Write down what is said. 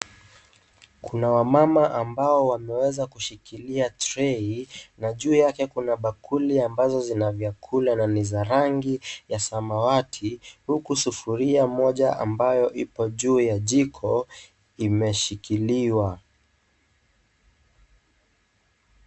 Kuna wamama ambao wameweza kushikilia trei na juu yake kuna bakuli ambazo zina vyakula na ni za rangi ya samawati. Huku, sufuria moja ambayo iko juu ya jikoni, imeshikiliwa.